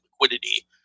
liquidity